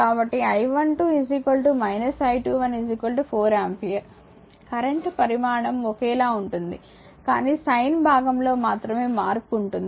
కాబట్టి I12 I21 4 ampere current పరిమాణం ఒకేలా ఉంటుంది కానీ సైన్ భాగంలో మాత్రమే మార్పు ఉంటుంది